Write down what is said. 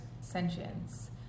sentience